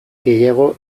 gehiago